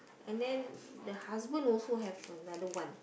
and then the husband also have another one